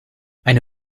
eine